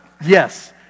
yes